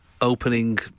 opening